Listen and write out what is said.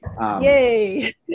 Yay